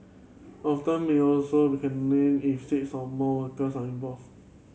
often may also caned if six or more workers are involved